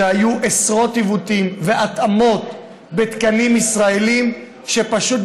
שהיו עשרות עיוותים והתאמות בתקנים ישראליים שפשוט,